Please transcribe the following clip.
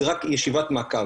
זאת רק ישיבת מעקב.